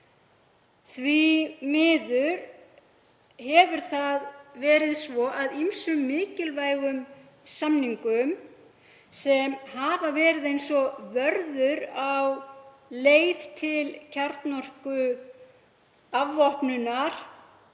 Því miður hefur ýmsum mikilvægum samningum sem hafa verið eins og vörður á leið til kjarnorkuafvopnunar